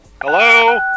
Hello